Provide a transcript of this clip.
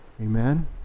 Amen